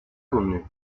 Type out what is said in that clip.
connue